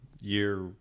year